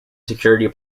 security